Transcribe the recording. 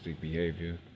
behavior